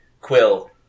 Quill